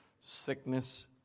sickness